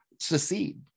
secede